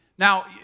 Now